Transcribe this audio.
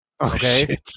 Okay